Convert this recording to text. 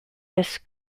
this